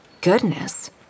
Goodness